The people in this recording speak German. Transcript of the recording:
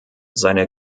seine